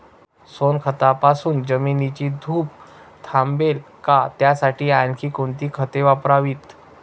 सोनखतापासून जमिनीची धूप थांबेल का? त्यासाठी आणखी कोणती खते वापरावीत?